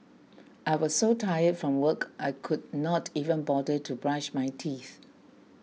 I was so tired from work I could not even bother to brush my teeth